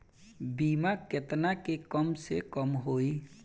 बीमा केतना के कम से कम होई?